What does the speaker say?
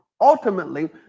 ultimately